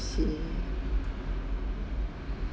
I see